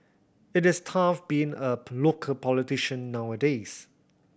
it is tough being a local politician nowadays